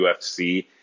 UFC